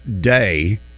day